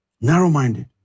Narrow-minded